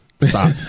Stop